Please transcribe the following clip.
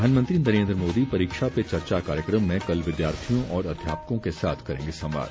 प्रधानमंत्री नरेन्द्र मोदी परीक्षा पे चर्चा कार्यक्रम में कल विद्यार्थियों और अध्यापकों के साथ करेंगे संवाद